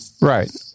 Right